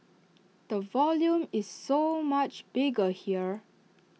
the volume is so much bigger here